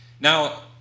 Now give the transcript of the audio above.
Now